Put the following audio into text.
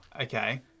Okay